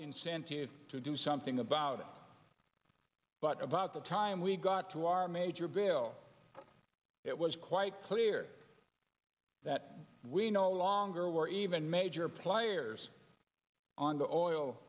incentive to do something about but about the time we got to our major bill it was quite clear that we no longer were even major players on the oil